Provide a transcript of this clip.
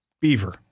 Beaver